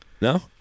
No